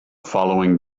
following